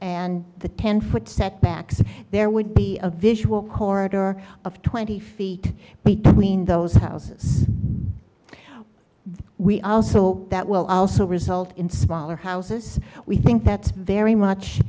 setbacks there would be a visual corridor of twenty feet between those houses but we also that will also result in smaller houses we think that's very much